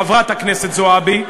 חברת הכנסת זועבי,